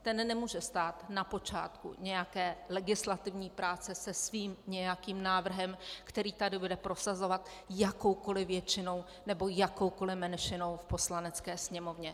Ten nemůže stát na počátku nějaké legislativní práce se svým nějakým návrhem, který tady bude prosazovat jakoukoli většinou nebo jakoukoli menšinou v Poslanecké sněmovně.